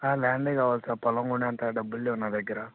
ల్యాండే కావాలి సార్ పొలం కొనే అంత డబ్బులు లేవు నా దగ్గర